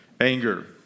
anger